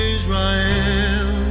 Israel